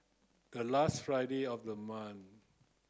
the last Friday of the month